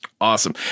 Awesome